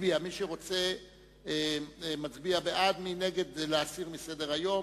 שרוצה להעביר יצביע בעד, נגד זה הסרה מסדר-היום.